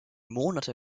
monate